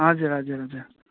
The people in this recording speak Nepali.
हजुर हजुर हजुर